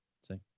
See